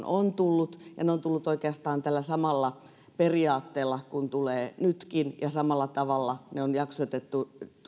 on tullut ja ne ovat tulleet oikeastaan tällä samalla periaatteella kuin tulevat nytkin ja samalla tavalla ne on jaksotettu tulemaan